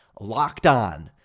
LOCKEDON